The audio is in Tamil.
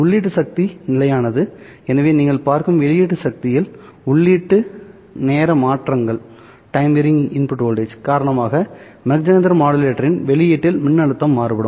உள்ளீட்டு சக்தி நிலையானது எனவே நீங்கள் பார்க்கும் வெளியீட்டு சக்தியில் உள்ளீட்டு நேர மாற்றங்கள் காரணமாக மாக் ஜெஹெண்டர் மாடுலேட்டரின் வெளியீட்டில் மின்னழுத்தம் மாறுபடும்